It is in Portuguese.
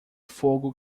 fogo